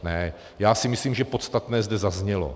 Ne, já si myslím, že podstatné zde zaznělo.